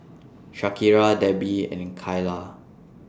Shakira Debbi and Kyla